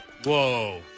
Whoa